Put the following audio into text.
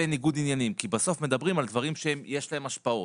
ניגוד עניינים כי בסוף מדברים על דברים שיש להם השפעות.